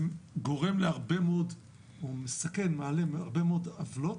זה גורם/מסכן הרבה מאוד עוולות,